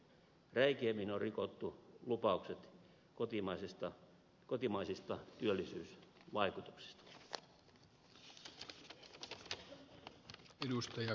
räikeimmin on rikottu lupaukset kotimaisista työllisyysvaikutuksista